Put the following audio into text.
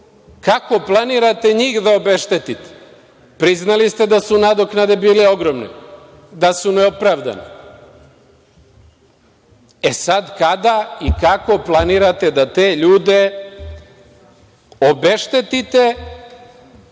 kako planirate njih da obeštetite? Priznali ste da su nadoknade bile ogromne, da su neopravdane. Kada i kako planirate da te ljude obeštetite